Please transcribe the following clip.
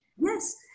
Yes